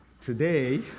today